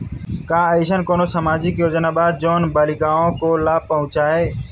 का अइसन कोनो सामाजिक योजना बा जोन बालिकाओं को लाभ पहुँचाए?